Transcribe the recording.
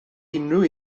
unrhyw